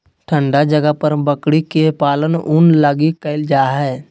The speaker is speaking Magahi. ठन्डा जगह पर बकरी के पालन ऊन लगी कईल जा हइ